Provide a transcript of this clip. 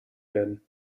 werden